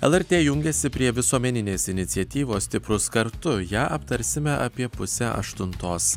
lrt jungiasi prie visuomeninės iniciatyvos stiprūs kartu ją aptarsime apie pusę aštuntos